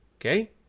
Okay